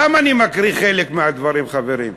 למה אני מקריא חלק מהדברים, חברים?